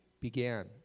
began